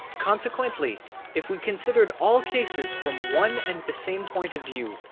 consequently if we considered all cases from one and the same point of view,